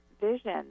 vision